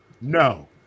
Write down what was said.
no